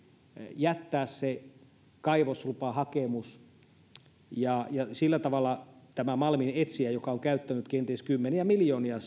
jättää kaivoslupahakemus sillä tavalla malminetsijä joka usein on käyttänyt siihen kenties kymmeniä miljoonia